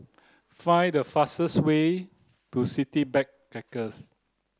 find the fastest way to City Backpackers